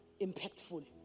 impactful